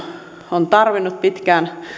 on tarvinnut pitkään